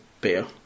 beer